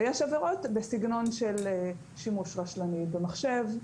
ויש עבירות בסגנון של שימוש רשלני במחשב,